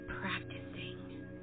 practicing